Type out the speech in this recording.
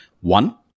One